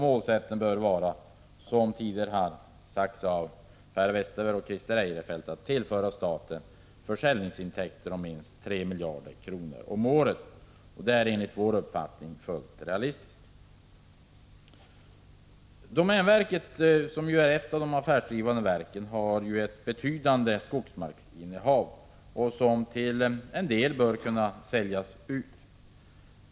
Målsättningen bör vara, som tidigare angetts av Per Westerberg och Christer Eirefelt, att tillföra staten försäljningsintäkter på minst 3 miljarder kronor om året. Det är, enligt vår uppfattning, fullt realistiskt. Domänverket, som är ett av de affärsdrivande verken, har ett betydande skogsmarksinnehav. Det bör till en del kunna säljas ut.